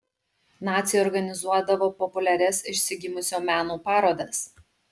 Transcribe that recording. naciai organizuodavo populiarias išsigimusio meno parodas